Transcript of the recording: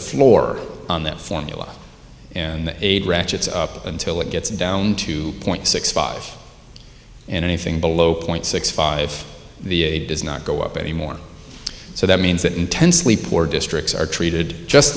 floor on that formula and eight ratchets up until it gets down two point six five in anything below zero point six five the a does not go up anymore so that means that intensely poor districts are treated just